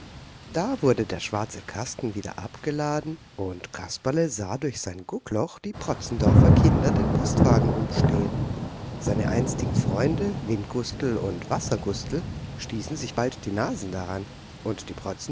da wurde der schwarze kasten wieder abgeladen und kasperle sah durch sein guckloch die protzendorfer kinder den postwagen umstehen seine einstigen freunde windgustel und wassergustel stießen sich bald die nasen daran und die